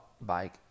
bike